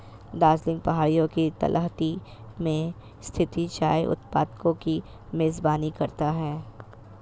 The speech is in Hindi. दार्जिलिंग पहाड़ियों की तलहटी में स्थित चाय उत्पादकों की मेजबानी करता है